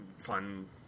fun